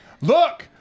Look